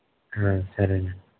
సరేనండి